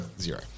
zero